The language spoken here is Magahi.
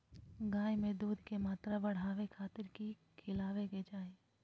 गाय में दूध के मात्रा बढ़ावे खातिर कि खिलावे के चाही?